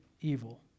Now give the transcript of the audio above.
evil